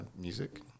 music